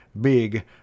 big